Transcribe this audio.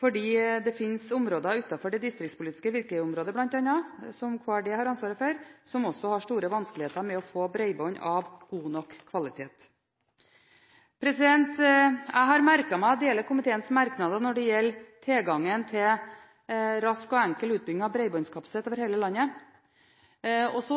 fordi det bl.a. finnes områder utenfor det distriktspolitiske virkeområdet, som Kommunal- og regionaldepartementet har ansvaret for, som også har store vanskeligheter med å få bredbånd av god nok kvalitet. Jeg har merket meg komiteens merknader når det gjelder tilgangen til rask og enkel utbygging av bredbåndskapasitet over hele landet. Det er også